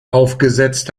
aufgesetzt